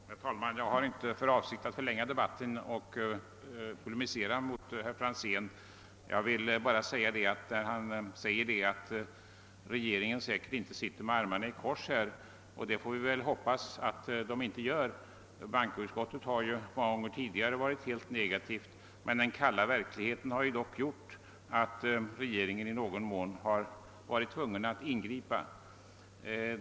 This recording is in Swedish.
Herr talman! Jag har inte för avsikt att förlänga debatten genom att polemisera mot herr Franzén i Motala. Han förklarade att regeringen inte sitter med armarna i kors, och det får jag verkligen hoppas att den inte gör. Bankoutskottet har tidigare ställt sig helt negativt, men den kalla verkligheten har tvingat regeringen att ingripa.